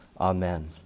Amen